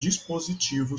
dispositivo